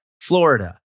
Florida